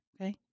okay